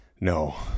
No